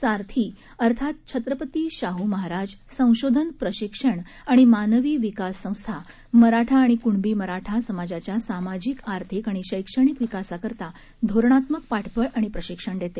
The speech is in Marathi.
सारथी अर्थात छत्रपती शाहू महाराज संशोधन प्रशिक्षण आणि मानवी विकास संस्था मराठा आणि कृणबी मराठा समाजाच्या सामाजिक आर्थिक आणि शैक्षणिक विकासाकरता धोरणात्मक पाठबळ आणि प्रशिक्षण देते